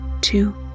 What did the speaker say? two